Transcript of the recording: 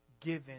given